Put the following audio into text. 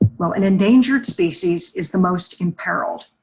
well, an endangered species is the most imperiled.